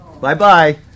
Bye-bye